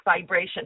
vibration